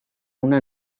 una